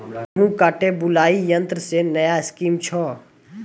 गेहूँ काटे बुलाई यंत्र से नया स्कीम छ?